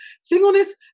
singleness